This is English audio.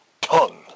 tongue